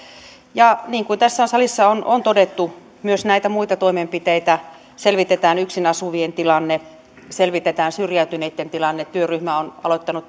niin kuin tässä salissa on on todettu on myös näitä muita toimenpiteitä selvitetään yksin asuvien tilanne selvitetään syrjäytyneitten tilanne työryhmä on aloittanut